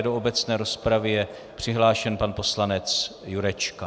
Do obecné rozpravy je přihlášen pan poslanec Jurečka.